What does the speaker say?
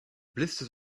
blisters